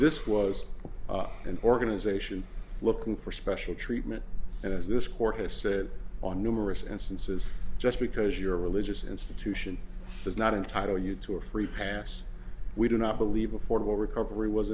this was an organization looking for special treatment and as this court has said on numerous instances just because you're a religious institution does not entitle you to a free pass we do not believe affordable recovery was